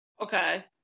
Okay